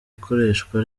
ikoreshwa